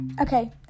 Okay